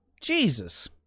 jesus